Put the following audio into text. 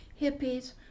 hippies